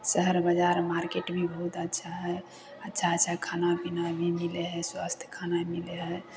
शहर बजार मार्केट भी बहुत अच्छा हय अच्छा अच्छा खाना पीना भी मिलय हय स्वस्थ खाना मिलय हय